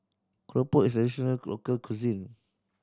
keropok is a traditional local cuisine